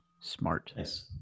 Smart